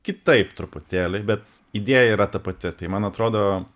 kitaip truputėlį bet idėja yra ta pati tai man atrodo